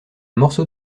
morceau